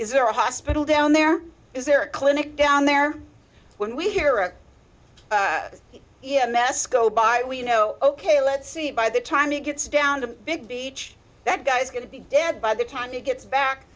is there a hospital down there is there a clinic down there when we hear a d m s go by we know ok let's see by the time it gets down to big beach that guy's going to be dead by the time he gets back